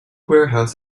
warehouse